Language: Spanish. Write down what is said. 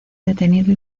detenido